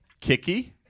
kicky